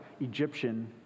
Egyptian